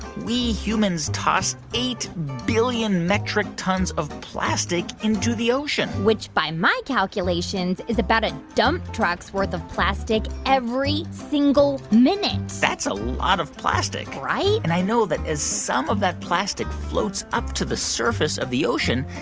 we humans toss eight eight metric tons of plastic into the ocean which, by my calculations, is about a dump trucks' worth of plastic every single minute that's ah a of plastic right? and i know that as some of that plastic floats up to the surface of the ocean,